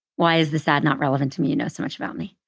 why is this ad not relevant to me you know so much about me?